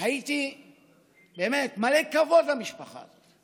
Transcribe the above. הייתי באמת מלא כבוד למשפחה הזאת,